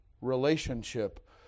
relationship